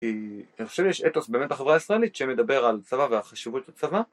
אני חושב יש אתוס באמת בחברה הישראלית שמדבר על צבא וחשיבות הצבא